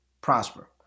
prosper